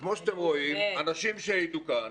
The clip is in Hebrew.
כי כמו שאתם רואים, אנשים שהעידו כאן